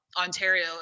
Ontario